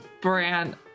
brand